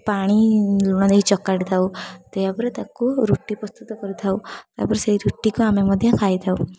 ପାଣି ଲୁଣ ଦେଇ ଚକଟି ଥାଉ ଏହା ପରେ ତାକୁ ରୁଟି ପ୍ରସ୍ତୁତ କରିଥାଉ ତା'ପରେ ସେଇ ରୁଟିକୁ ଆମେ ମଧ୍ୟ ଖାଇଥାଉ